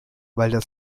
weil